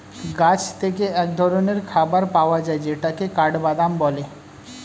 গাছ থেকে এক ধরনের খাবার পাওয়া যায় যেটাকে কাঠবাদাম বলে